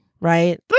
right